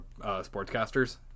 sportscasters